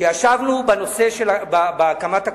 כשישבנו על הקמת הקואליציה,